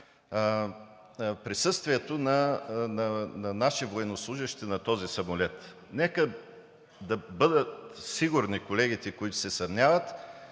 присъствието на наши военнослужещи на този самолет. Нека да бъдат сигурни колегите, които се съмняват,